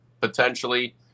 potentially